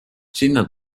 sinna